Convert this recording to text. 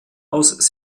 aus